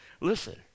listen